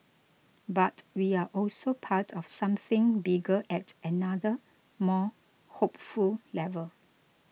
but we are also part of something bigger at another more hopeful level